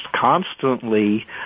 constantly